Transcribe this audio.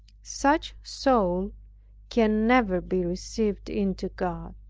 such soul can never be received into god.